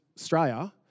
Australia